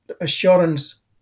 assurance